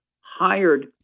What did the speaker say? hired